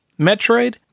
Metroid